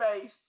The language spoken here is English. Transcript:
face